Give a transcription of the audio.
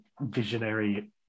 visionary